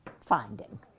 finding